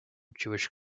jewish